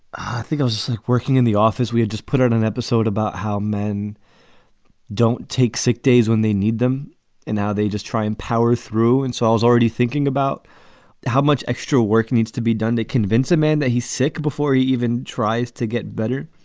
i think i was working in the office. we had just put out an episode about how men don't take sick days when they need them and how they just try and power through. and so i was already thinking about how much extra work needs to be done to convince a man that he's sick before he even tries to get better.